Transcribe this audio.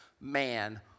man